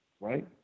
right